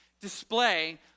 display